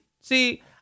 See